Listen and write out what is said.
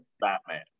Batman